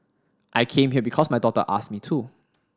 I came here because my daughter asked me to